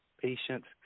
patients